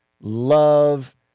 love